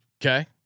Okay